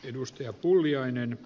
arvoisa puhemies